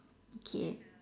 K